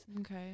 okay